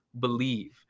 believe